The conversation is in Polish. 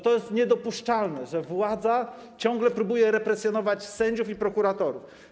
To jest niedopuszczalne, że władza ciągle próbuje represjonować sędziów i prokuratorów.